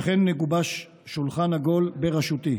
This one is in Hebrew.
וכן מגובש שולחן עגול בראשותי.